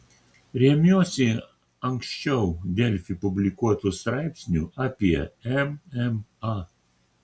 remiuosi ankščiau delfi publikuotu straipsniu apie mma